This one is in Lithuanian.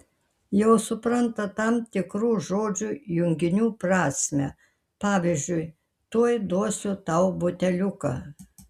jau supranta tam tikrų žodžių jungtinių prasmę pavyzdžiui tuoj duosiu tau buteliuką